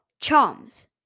Charms